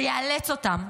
זה יאלץ אותם,